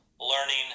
learning